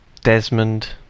Desmond